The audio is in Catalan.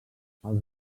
els